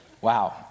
Wow